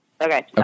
Okay